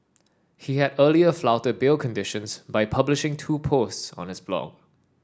he had earlier flouted bail conditions by publishing two posts on his blog